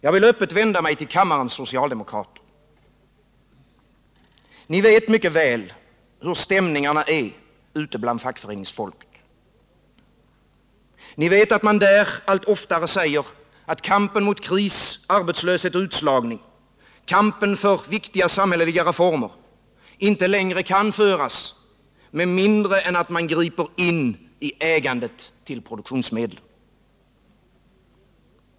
Jag vill öppet vända mig till kammarens socialdemokrater. Ni vet mycket väl hur stämningarna är ute bland fackföreningsfolket. Ni vet att man där allt oftare säger att kampen mot kris, arbetslöshet och utslagning, kampen för viktiga samhälleliga reformer inte längre kan föras med mindre än att man griper in i ägandet till produktionsmedlen.